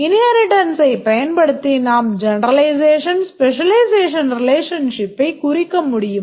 inheritance ஐ பயன்படுத்தி நாம் generalization specialization ரெலஷன்ஷிப்பைக் குறிக்க முடியும்